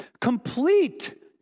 complete